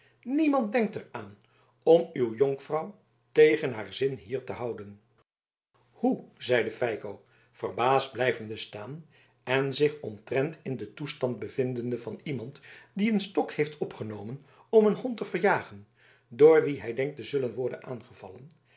niemand denkt er aan om uw jonkvrouw tegen haar zin hier te houden hoe zeide feiko verbaasd blijvende staan en zich omtrent in den toestand bevindende van iemand die een stok heeft opgenomen om een hond te verjagen door wien hij denkt te zullen worden aangevallen